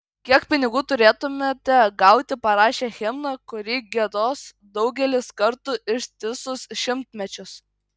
kiek pinigų turėtumėte gauti parašę himną kurį giedos daugelis kartų ištisus šimtmečius